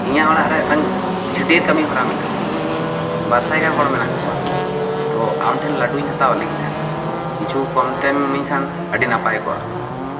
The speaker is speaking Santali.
ᱤᱧᱟᱜ ᱚᱲᱟᱜ ᱨᱮ ᱢᱤᱫ ᱴᱟᱝ ᱪᱷᱟᱹᱴᱭᱟᱹᱨ ᱠᱟᱹᱢᱤ ᱦᱚᱨᱟ ᱢᱮᱱᱟᱜᱼᱟ ᱵᱟᱨ ᱥᱟᱭ ᱜᱟᱱ ᱦᱚᱲ ᱢᱮᱱᱟᱜ ᱠᱚᱣᱟ ᱛᱚ ᱟᱢ ᱴᱷᱮᱱ ᱞᱟᱹᱰᱩᱧ ᱦᱟᱛᱟᱣ ᱞᱟᱹᱜᱤᱫᱼᱟ ᱠᱤᱪᱷᱩ ᱠᱚᱢ ᱛᱮᱢ ᱤᱢᱟᱹᱧ ᱠᱷᱟᱱ ᱟᱹᱰᱤ ᱱᱟᱯᱟᱭ ᱠᱚᱜ ᱟ